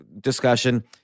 discussion